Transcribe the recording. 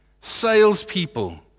salespeople